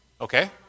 Okay